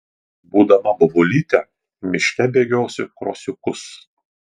būdama bobulyte miške bėgiosiu krosiukus